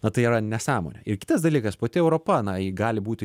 na tai yra nesąmonė ir kitas dalykas pati europa na ji gali būti